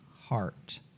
heart